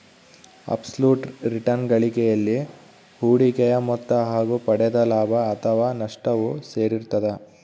abs ಲುಟ್ return ಗಳಿಕೆಯಲ್ಲಿ ಹೂಡಿಕೆಯ ಮೊತ್ತ ಹಾಗು ಪಡೆದ ಲಾಭ ಅಥಾವ ನಷ್ಟವು ಸೇರಿರ್ತದ